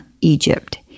Egypt